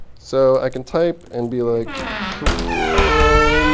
so i can type and be like, chrome.